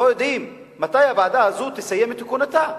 לא יודעים מתי הוועדה הזו תסיים את כהונתה.